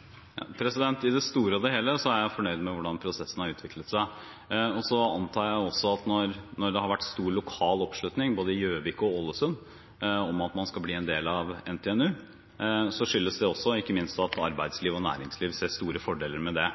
seg? I det store og det hele er jeg fornøyd med hvordan prosessen har utviklet seg, og så antar jeg også at når det har vært stor lokal oppslutning, både i Gjøvik og Ålesund, om at man skal bli en del av NTNU, skyldes det ikke minst at arbeidsliv og næringsliv ser store fordeler med det.